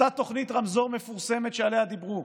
אותה תוכנית רמזור מפורסמת שעליה דיברו,